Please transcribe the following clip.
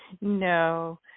No